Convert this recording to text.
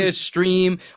stream